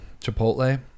Chipotle